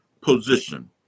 position